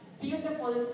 beautiful